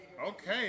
Okay